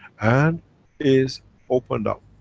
and is opened up.